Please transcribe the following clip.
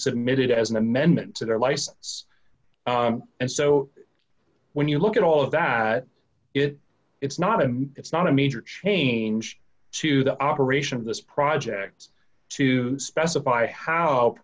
submitted as an amendment to their license and so when you look at all of that it it's not it's not a major change to the operation of this project to specify how